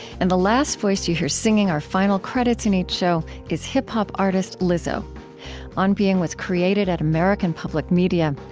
and the last voice that you hear singing our final credits in each show is hip-hop artist lizzo on being was created at american public media.